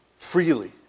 freely